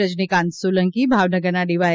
રજનીકાંત સોલંકી ભાવનગરના ડીવાય